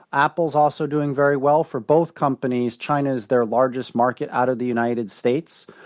apple's also doing very well. for both companies, china is their largest market out of the united states.